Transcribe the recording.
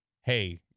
hey